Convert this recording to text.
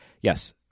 yes